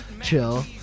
Chill